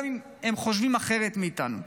גם אם הם חושבים אחרת מאיתנו.